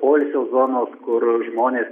poilsio zonos kur žmonės